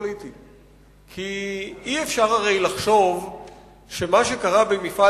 כי אי-אפשר הרי לחשוב שמה שקרה במפעל